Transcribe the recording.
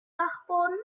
dachboden